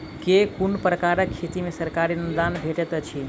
केँ कुन प्रकारक खेती मे सरकारी अनुदान भेटैत अछि?